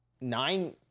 nine